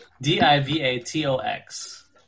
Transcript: D-I-V-A-T-O-X